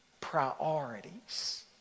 priorities